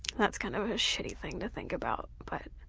that's kind of a shitty thing to think about, but.